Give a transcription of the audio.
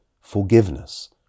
forgiveness